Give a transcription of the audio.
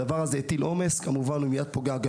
הדבר הזה הטיל עומס והוא פוגע מיד גם